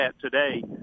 today